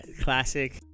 Classic